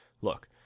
Look